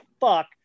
fuck